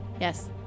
yes